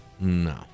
No